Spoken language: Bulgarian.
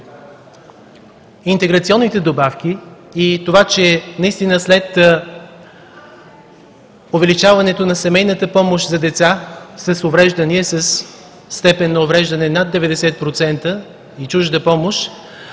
интеграционните добавки и това, че наистина след увеличаването на семейната помощ за деца с увреждания със степен на увреждане над 90% и чужда помощ,